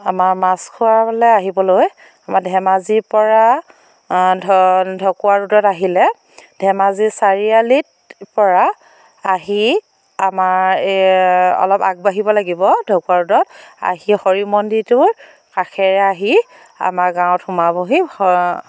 আমাৰ মাছখোৱালৈ আহিবলৈ আমাৰ ধেমাজিৰপৰা ঢকুৱা ৰোডত আহিলে ধেমাজি চাৰি আলিৰ পৰা আহি আমাৰ অলপ আগবাঢ়িব লাগিব ঢকুৱা ৰোডত আহি হৰি মন্দিৰটোৰ কাষেৰে আহি আমাৰ গাঁৱত সোমাবহি হ